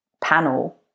panel